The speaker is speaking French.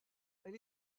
elle